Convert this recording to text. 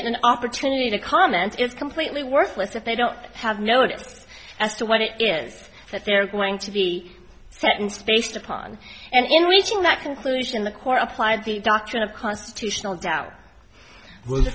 defendant an opportunity to comment is completely worthless if they don't have noticed as to what it is that they're going to be sentenced based upon and in reaching that conclusion the court applied the doctrine of constitutional doubt was